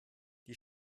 die